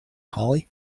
hollie